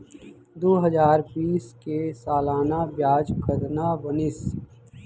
दू हजार बीस के सालाना ब्याज कतना बनिस?